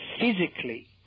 physically